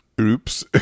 Oops